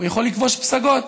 הוא יכול לכבוש פסגות.